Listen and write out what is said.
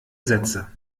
sätze